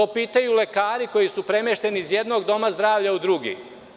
To pitaju i lekari koji su premešteni iz jednog doma zdravlja u drugi.